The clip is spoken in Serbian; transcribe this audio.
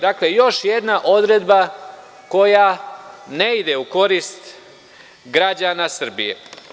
Dakle, još jedna odredba koja ne ide u korist građana Srbije.